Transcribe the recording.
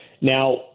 Now